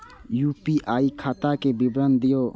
UPI खाता के विवरण दिअ?